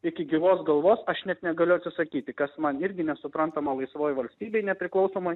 iki gyvos galvos aš net negaliu atsisakyti kas man irgi nesuprantama laisvoj valstybėj nepriklausomoj